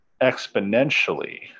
exponentially